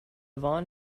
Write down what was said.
van